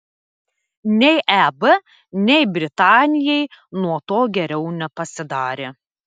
nei eb nei britanijai nuo to geriau nepasidarė